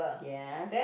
yes